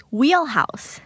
wheelhouse